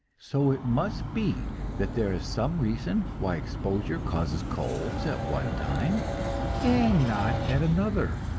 so it must be that there is some reason why exposure causes colds at one time and not at another.